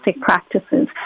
practices